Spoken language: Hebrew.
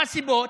מהן הסיבות?